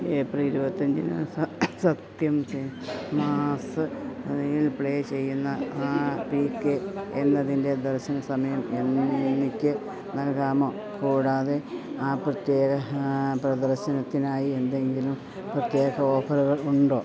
April ഇരുപത്തഞ്ചിന് സത്യം സിനിമാസ്ഇല് play ചെയ്യുന്ന പി കെ എന്നതിൻ്റെ ദർശന സമയം എനിക്ക് നൽകാമോ കൂടാതെ ആ പ്രത്യേക പ്രദർശനത്തിനായി എന്തെങ്കിലും പ്രത്യേക ഓഫറുകൾ ഉണ്ടോ